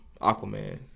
Aquaman